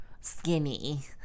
skinny